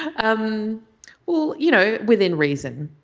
um well you know within reason